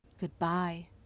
Goodbye